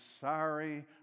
sorry